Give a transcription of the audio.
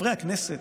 חברי הכנסת,